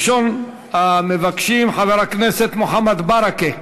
ראשון המבקשים, חבר הכנסת מוחמד ברכה.